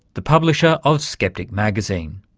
the publisher of skeptic magazine.